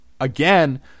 again